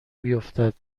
بیفتد